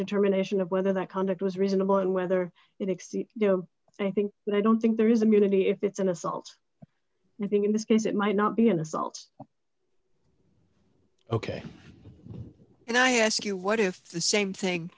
determination of whether that conduct was reasonable and whether it exceed you know i think and i don't think there is a mutiny if it's an assault nothing in this case it might not be an assault ok and i ask you what if the same thing